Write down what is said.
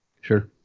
Sure